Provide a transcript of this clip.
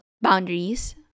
boundaries